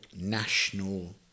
national